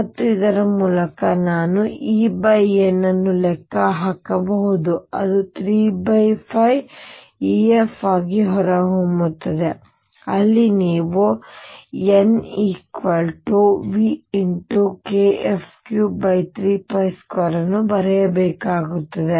ಮತ್ತು ಇದರ ಮೂಲಕ ನಾನು EN ಅನ್ನು ಲೆಕ್ಕ ಹಾಕಬಹುದು ಅದು 35F ಆಗಿ ಹೊರಹೊಮ್ಮುತ್ತದೆ ಅಲ್ಲಿ ನೀವು NV×kF332 ಅನ್ನು ಬರೆಯಬೇಕಾಗುತ್ತದೆ